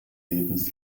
lebens